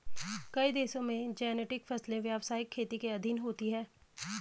कई देशों में जेनेटिक फसलें व्यवसायिक खेती के अधीन होती हैं